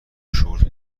شرت